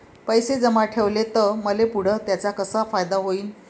पैसे जमा ठेवले त मले पुढं त्याचा कसा फायदा होईन?